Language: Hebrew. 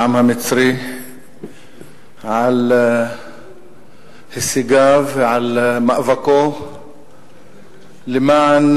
לעם המצרי על הישגיו ועל מאבקו למען,